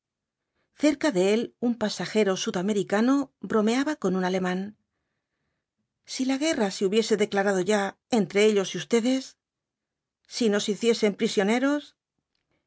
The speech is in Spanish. cerca de él un pasajero sudamericano bromeaba con un alemán si la guerra se hubiese declarado ya entre ellos y ustedes si nos hiciesen prisioneros